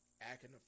acting